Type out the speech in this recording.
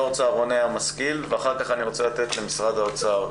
יו"ר צהרוני המשכיל ואחר כך אני רוצה לתת למשרד האוצר,